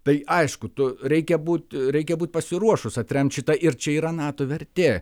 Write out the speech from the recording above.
tai aišku reikia būt reikia būt pasiruošus atremt šitą ir čia yra nato vertė